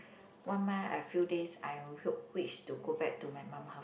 one month a few days I will wish to go back to my mum house